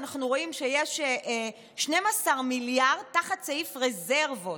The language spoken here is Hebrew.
אנחנו רואים שיש 12 מיליארד תחת סעיף רזרבות.